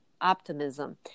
optimism